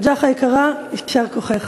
נג'אח היקרה, יישר כוחך.